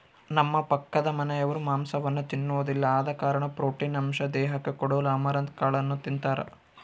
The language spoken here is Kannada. ನಮ್ಮ ಪಕ್ಕದಮನೆರು ಮಾಂಸವನ್ನ ತಿನ್ನೊದಿಲ್ಲ ಆದ ಕಾರಣ ಪ್ರೋಟೀನ್ ಅಂಶ ದೇಹಕ್ಕೆ ಕೊಡಲು ಅಮರಂತ್ ಕಾಳನ್ನು ತಿಂತಾರ